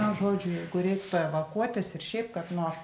na žodžiu jeigu reiktų evakuotis ir šiaip kad nuo